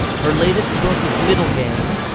her latest book is middle game,